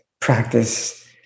practice